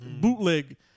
Bootleg